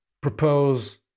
propose